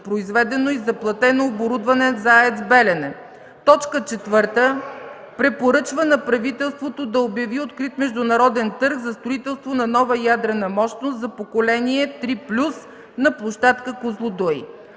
произведено и заплатено оборудване за АЕЦ „Белене”. (Шум и реплики от КБ.) 4. Препоръчва на правителството да обяви открит международен търг за строителство на нова ядрена мощност от поколение 3+ на площадка „Козлодуй”.”